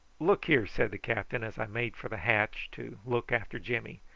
look here said the captain as i made for the hatch to look after jimmy.